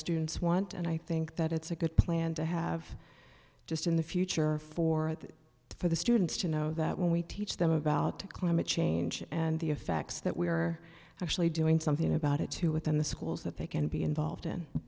students want and i think that it's a good plan to have just in the future for the for the students to know that when we teach them about climate change and the effects that we are actually doing something about it too within the schools that they can be involved